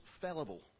fallible